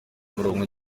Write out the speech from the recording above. umurongo